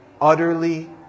Utterly